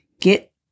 get